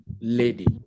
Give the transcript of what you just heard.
lady